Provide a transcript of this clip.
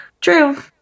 True